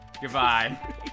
Goodbye